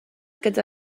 gyda